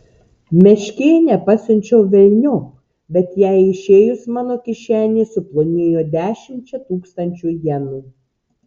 meškėnę pasiunčiau velniop bet jai išėjus mano kišenė suplonėjo dešimčia tūkstančių jenų